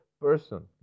person